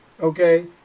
Okay